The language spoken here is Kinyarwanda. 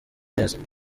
neza